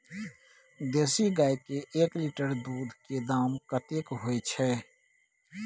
देसी गाय के एक लीटर दूध के दाम कतेक होय छै?